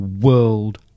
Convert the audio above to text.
world